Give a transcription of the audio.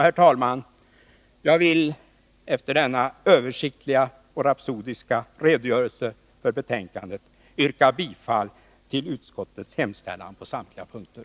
Herr talman! Jag vill efter denna översiktliga och rapsodiska redogörelse för betänkandet yrka bifall till utskottets hemställan på samtliga punkter.